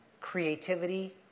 creativity